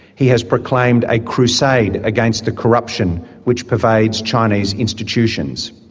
he has proclaimed a crusade against the corruption which pervades chinese institutions.